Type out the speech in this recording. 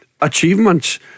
achievements